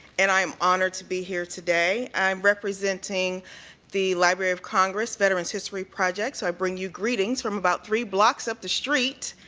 and i'm honored to be here today. i'm representing the library of congress veterans history project so i bring you greetings from about three blocks up the street.